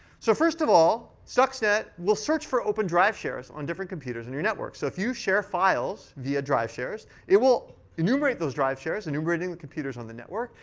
so first of all, stuxnet will search for open drive shares on different computers in your network. so if you share files via drive shares, it will enumerate those drive shares, enumerating the computers on the network,